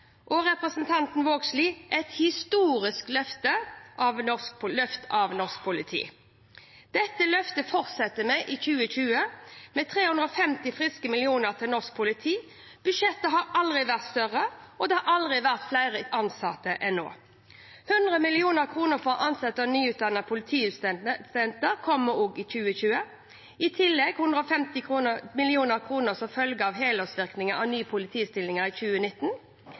til representanten Vågslid – levert et historisk løft av norsk politi. Dette løftet fortsetter vi i 2020, med 350 friske millioner kroner til norsk politi. Budsjettet har aldri vært større, og det har aldri vært flere ansatte enn nå. 100 mill. kr for å ansette nyutdannede politistudenter kommer det også i 2020, og i tillegg 150 mill. kr som følge av helårsvirkningen av nye politistillinger i 2019.